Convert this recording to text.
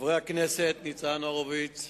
חברי הכנסת ניצן הורוביץ,